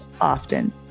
often